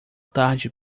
tarde